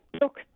look